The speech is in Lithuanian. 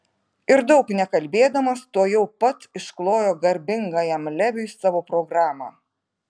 ir daug nekalbėdamas tuojau pat išklojo garbingajam leviui savo programą